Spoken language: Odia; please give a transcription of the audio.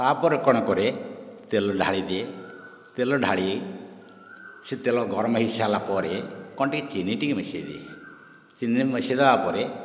ତା'ପରେ କ'ଣ କରେ ତେଲ ଢାଳିଦିଏ ତେଲ ଢାଳି ସେ ତେଲ ଗରମ ହୋଇ ସାରିଲା ପରେ କ'ଣ ଟିକେ ଚିନି ଟିକେ ମିଶାଇ ଦିଏ ଚିନି ଟିକେ ମିଶାଇ ଦେଲା ପରେ